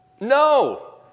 no